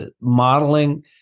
modeling